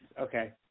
okay